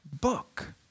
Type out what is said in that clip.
book